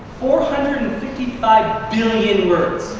four hundred and fifty five billion words.